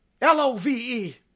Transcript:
L-O-V-E